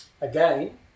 Again